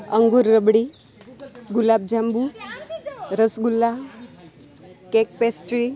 angoor rabri gulab jamun rasgulla cake pastry